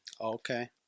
okay